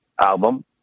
album